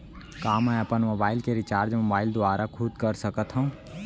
का मैं अपन मोबाइल के रिचार्ज मोबाइल दुवारा खुद कर सकत हव?